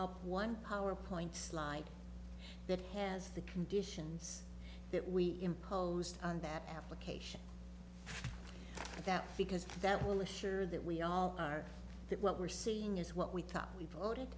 up one powerpoint slide that has the conditions that we imposed on that application that because that will assure that we all are that what we're seeing is what we thought we voted